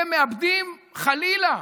אתם מאבדים, חלילה,